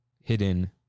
hidden